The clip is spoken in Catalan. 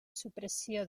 supressió